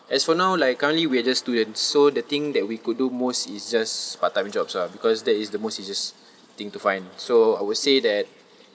as for now like currently we're just student so the thing that we could do most is just part time jobs lah because that is the most easiest thing to find so I would say that